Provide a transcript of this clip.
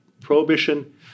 Prohibition